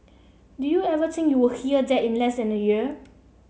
did you ever think you would hear that in less than a year